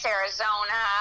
Arizona